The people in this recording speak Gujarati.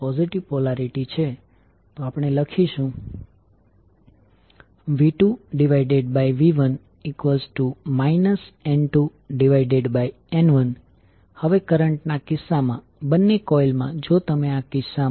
ચાલો હવે KVL ને કોઇલ 1 પર લાગુ કરીએ VZ1jωL1I1 jωMI2 KVL ને કોઇલ 2 માં લાગુ કરવાથી 0ZLjωL2I2 jωMI1 મળે છે